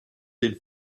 den